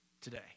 today